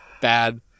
bad